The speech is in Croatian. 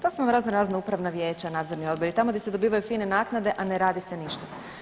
To su razno razna upravna vijeća, nadzorni odbori i tamo gdje se dobivaju fine naknade, a ne radi se ništa.